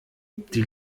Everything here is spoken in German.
die